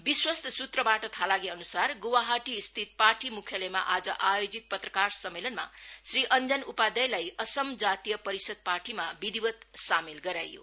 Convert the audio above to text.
विश्वस्त सूत्रवाट थाहा लागेन्सार ग्वाहाटी स्थित पार्टी मुख्यालयमा आज आयोजित पत्रकार सम्मेलनम श्री अन्जन उपाध्यायलाई असम जाति परिषद पाटीम निधिवत् सामेल गराइयो